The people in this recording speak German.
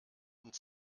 und